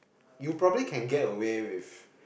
you probably can get away with